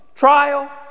Trial